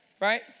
Right